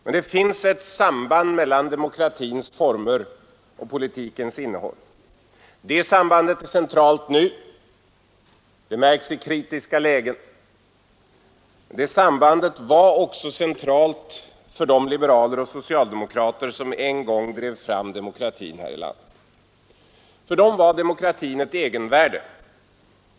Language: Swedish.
Men det finns ett samband mellan demokratins former och politikens innehåll. Det sambandet är centralt nu, det märks i kritiska lägen. Det sambandet var också centralt för de liberaler och socialdemokrater som en gång drev fram demokratin i det här landet. För dem hade demokratin ett egenvärde.